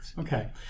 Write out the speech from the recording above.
Okay